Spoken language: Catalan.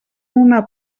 una